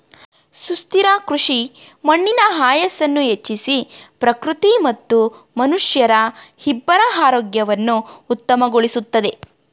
ಸುಸ್ಥಿರ ಕೃಷಿ ಮಣ್ಣಿನ ಆಯಸ್ಸನ್ನು ಹೆಚ್ಚಿಸಿ ಪ್ರಕೃತಿ ಮತ್ತು ಮನುಷ್ಯರ ಇಬ್ಬರ ಆರೋಗ್ಯವನ್ನು ಉತ್ತಮಗೊಳಿಸುತ್ತದೆ